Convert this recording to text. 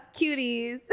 cuties